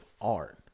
art